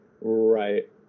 Right